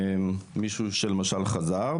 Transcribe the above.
מישהו שלמשל חזר,